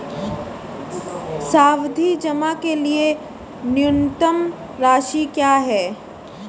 सावधि जमा के लिए न्यूनतम राशि क्या है?